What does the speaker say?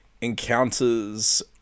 encounters